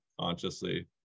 consciously